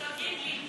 תגיד לי,